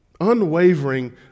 unwavering